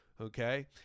Okay